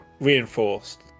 reinforced